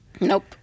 Nope